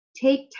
Take